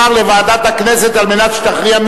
ביוזמתו של חבר הכנסת מנחם אליעזר